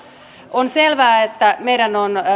on selvää että meidän on